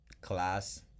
class